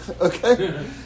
Okay